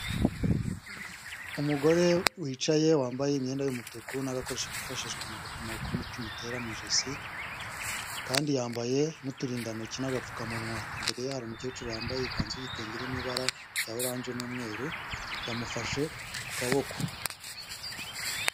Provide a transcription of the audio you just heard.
Umugore wicaye wambaye imyenda y'umutuku n'agakoresho kifashishwa mu gupima uko umutima utera mu ijosi kandi yambaye n'uturindantoki n'agapfukamunwa, imbere ya umukecuru wambaye ikanzu' igitengerimo ibara rya orange n'umweru yamufashe ku kaboko